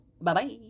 Bye-bye